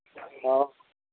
तऽ